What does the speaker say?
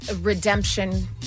Redemption